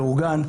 מאורגן,